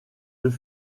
deux